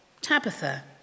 Tabitha